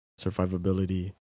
survivability